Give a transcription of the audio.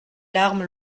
larmes